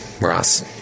Ross